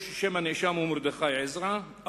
ששם הנאשם הוא מרדכי עזרא,